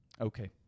Okay